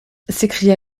s’écria